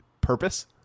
purpose